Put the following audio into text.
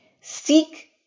Seek